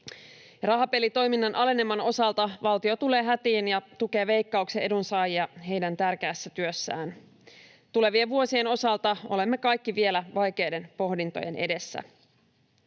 Rahapelitoiminnan aleneman osalta valtio tulee hätiin ja tukee Veikkauksen edunsaajia heidän tärkeässä työssään. Tulevien vuosien osalta olemme kaikki vielä vaikeiden pohdintojen edessä.